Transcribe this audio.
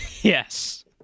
Yes